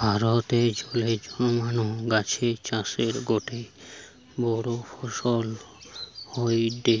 ভারতে জলে জন্মানা গাছের চাষের গটে বড় ফসল হয়ঠে